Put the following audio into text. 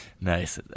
Nice